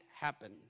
happen